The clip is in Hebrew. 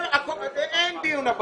אין דיון.